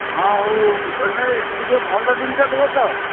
ହଁ ହଉ ହଉ ହେଲେ ଟିକିଏ ଭଲ ଜିନିଷ ଦେବେ ତ